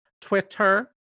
Twitter